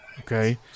okay